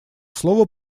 слово